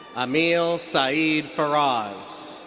ameel syed faraz.